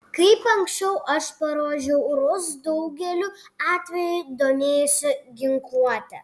kaip ankščiau aš parodžiau ros daugeliu atvejų domėjosi ginkluote